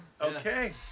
Okay